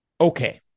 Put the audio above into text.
okay